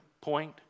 point